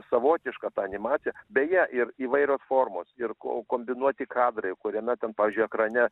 savotiška animacija beje ir įvairios formos ir ko kombinuoti kadrai kuriame ten pavyzdžiui ekrane